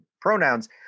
pronouns